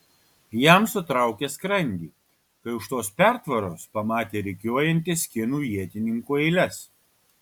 jam sutraukė skrandį kai už tos pertvaros pamatė rikiuojantis kinų ietininkų eiles